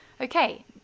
okay